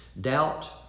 Doubt